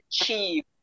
achieve